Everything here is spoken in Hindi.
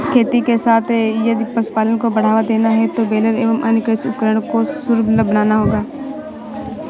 खेती के साथ यदि पशुपालन को बढ़ावा देना है तो बेलर एवं अन्य कृषि उपकरण को सर्वसुलभ बनाना होगा